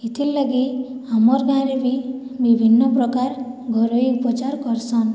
ଇଥିର୍ଲାଗି ଆମର୍ ଗାଁରେ ବି ବିଭିନ୍ନପ୍ରକାର୍ ଘରୋଇ ଉପଚାର୍ କର୍ସନ୍